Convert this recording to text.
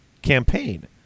campaign